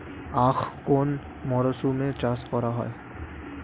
আখ কোন মরশুমে চাষ করা হয়?